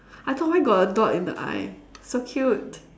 I thought why got a dot in the I so cute